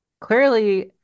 clearly